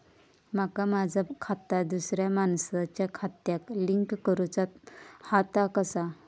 माका माझा खाता दुसऱ्या मानसाच्या खात्याक लिंक करूचा हा ता कसा?